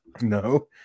no